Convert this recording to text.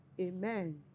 Amen